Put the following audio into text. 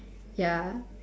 ya